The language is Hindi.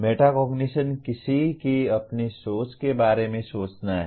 मेटाकोग्निशन किसी की अपनी सोच के बारे में सोचना है